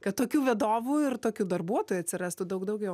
kad tokių vadovų ir tokių darbuotojų atsirastų daug daugiau